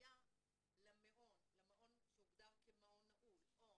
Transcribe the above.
ההפניה למעון שהוגדר כמעון נעול או